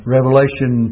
Revelation